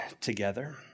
together